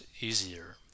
easier